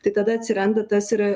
tai tada atsiranda tas yra